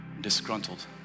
disgruntled